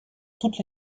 toutes